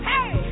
Hey